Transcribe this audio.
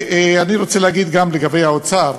אני רוצה להגיד גם לגבי האוצר,